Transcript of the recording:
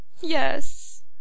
Yes